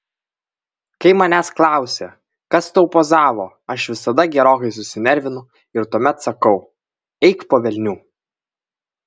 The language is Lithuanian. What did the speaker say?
kai manęs klausia kas tau pozavo aš visada gerokai susinervinu ir tuomet sakau eik po velnių